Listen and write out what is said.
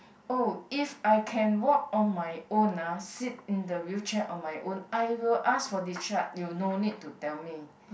oh if I can walk on my own ah sit in the wheelchair on my own I will ask for discharge you no need to tell me